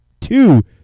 two